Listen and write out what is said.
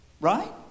Right